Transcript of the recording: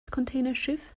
containerschiff